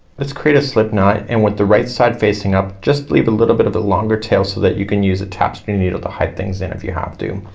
let's create a slipknot and with the right side facing up just leave a little bit of the longer tail so that you can use a tapestry needle to hide things in if you have to.